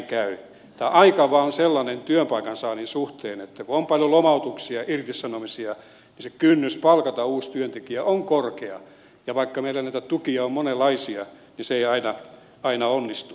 tämä aika vain on sellainen työpaikan saannin suhteen että kun on paljon lomautuksia irtisanomisia se kynnys palkata uusi työntekijä on korkea ja vaikka meillä näitä tukia on monenlaisia se ei aina onnistu